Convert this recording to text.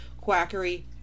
quackery